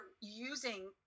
using